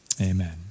Amen